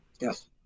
Yes